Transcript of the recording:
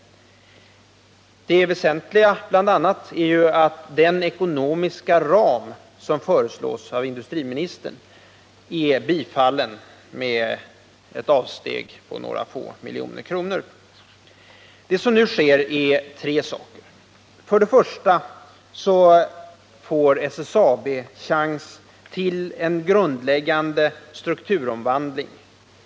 Det väsentliga när det gäller den nu föreliggande propositionen är bl.a. att den ekonomiska ram som föreslås av industriministern är bifallen med ett avsteg på några få miljoner. Det som föreslås i propositionen innebär tre saker. För det första får SSAB chans till en grundläggande strukturomvandling.